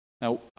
Now